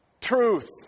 truth